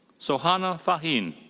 sohana farhin.